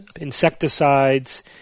insecticides